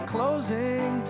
Closing